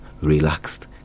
relaxed